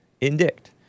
indict